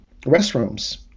restrooms